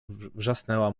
wrzasnęła